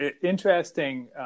interesting